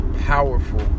powerful